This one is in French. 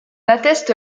atteste